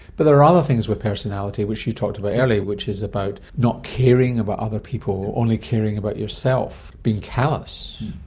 but there are other things with personality which you talked about earlier which is about not caring about other people, only caring about yourself, being callous.